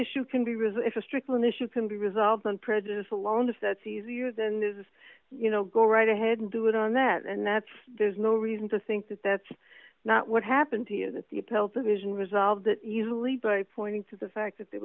issue can be resist recall an issue can be resolved on prejudice alone if that's easier than it is you know go right ahead and do it on that and that's there's no reason to think that that's not what happened to you that the appellate division resolved it easily by pointing to the fact that there